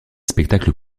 spectacles